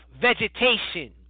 Vegetation